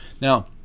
Now